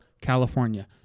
California